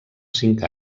cinc